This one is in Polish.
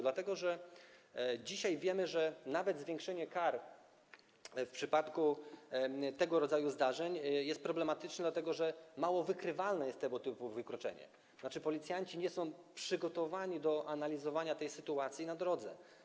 Dlatego że dzisiaj wiemy, że nawet zwiększenie kar w przypadku tego rodzaju zdarzeń jest problematyczne, ponieważ tego typu wykroczenie jest mało wykrywalne, tzn. policjanci nie są przygotowani do analizowania tej sytuacji na drodze.